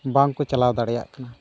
ᱵᱟᱝ ᱠᱚ ᱪᱟᱞᱟᱣ ᱫᱟᱲᱮᱭᱟᱜ ᱠᱟᱱᱟ